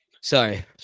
Sorry